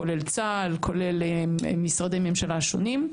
כולל צה"ל ומשרדי ממשלה שונים,